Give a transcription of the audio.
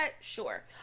Sure